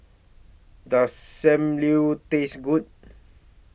Does SAM Liu Taste Good